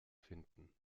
finden